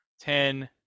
ten